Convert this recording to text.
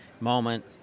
moment